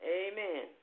amen